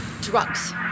Drugs